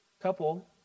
Couple